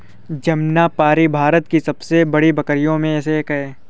जमनापारी भारत की सबसे बड़ी बकरियों में से एक है